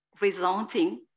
resulting